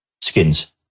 skins